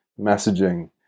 messaging